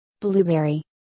blueberry